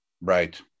Right